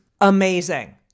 amazing